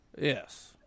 Yes